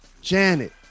Janet